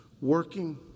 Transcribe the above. working